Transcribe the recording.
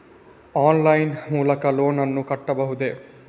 Online line ಮೂಲಕ loan ನನ್ನ ಕಟ್ಟಬಹುದೇ?